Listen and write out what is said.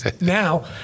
now